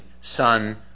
son